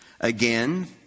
Again